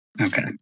Okay